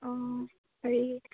হেৰি